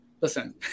listen